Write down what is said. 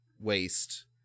waste